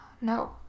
No